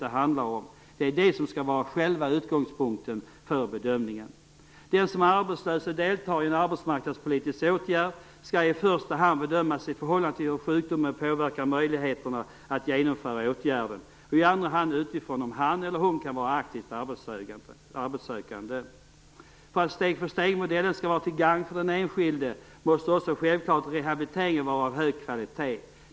Det är detta som skall vara själva utgångspunkten för bedömningen. Den som är arbetslös och deltar i en arbetsmarknadspolitisk åtgärd skall i första hand bedömas i förhållande till hur sjukdomen påverkar möjligheterna att genomföra åtgärden, i andra hand utifrån om han eller hon kan vara aktivt arbetssökande. För att steg-för-steg-modellen skall vara till gagn för den enskilde, måste självfallet också rehabiliteringen vara av hög kvalitet.